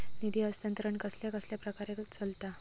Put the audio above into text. निधी हस्तांतरण कसल्या कसल्या प्रकारे चलता?